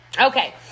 Okay